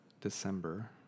December